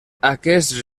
aquests